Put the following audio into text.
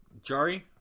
Jari